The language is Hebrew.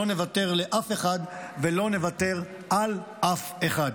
לא נוותר לאף אחד ולא נוותר על אף אחד.